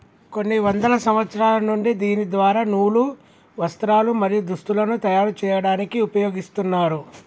కొన్ని వందల సంవత్సరాల నుండి దీని ద్వార నూలు, వస్త్రాలు, మరియు దుస్తులను తయరు చేయాడానికి ఉపయోగిస్తున్నారు